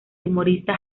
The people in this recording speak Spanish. humorista